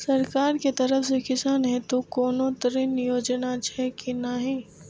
सरकार के तरफ से किसान हेतू कोना ऋण योजना छै कि नहिं?